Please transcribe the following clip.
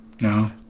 No